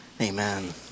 Amen